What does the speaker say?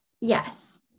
yes